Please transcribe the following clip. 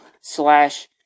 slash